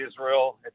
Israel